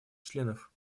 членов